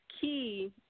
key